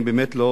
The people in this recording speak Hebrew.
אני באמת לא